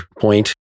point